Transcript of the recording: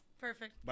Perfect